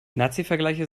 nazivergleiche